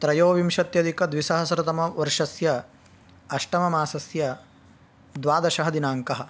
त्रयोविंशत्यधिकद्विसहस्रतमवर्षस्य अष्टममासस्य द्वादशः दिनाङ्कः